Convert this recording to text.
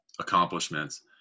accomplishments